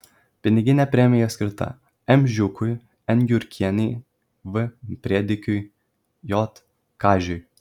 piniginė premija skirta m žiūkui n jurkienei v brėdikiui j kažiui